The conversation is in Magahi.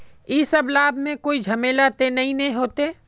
इ सब लाभ में कोई झमेला ते नय ने होते?